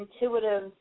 intuitive